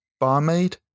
Barmaid